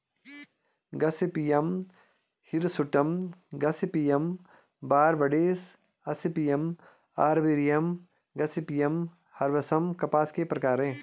Gossypium hirsutum, Gossypium barbadense, Gossypium arboreum, Gossypium herbaceum कपास के प्रकार है